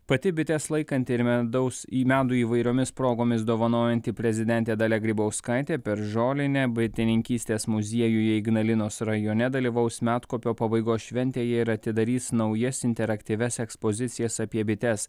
pati bites laikanti ir medaus medų įvairiomis progomis dovanojanti prezidentė dalia grybauskaitė per žolinę bitininkystės muziejuje ignalinos rajone dalyvaus medkopio pabaigos šventėje ir atidarys naujas interaktyvias ekspozicijas apie bites